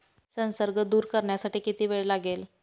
संसर्ग दूर करण्यासाठी किती वेळ लागेल?